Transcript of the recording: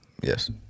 Yes